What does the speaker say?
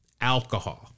alcohol